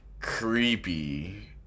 creepy